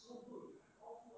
so good